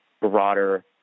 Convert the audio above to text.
broader